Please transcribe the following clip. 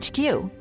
HQ